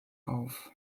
auf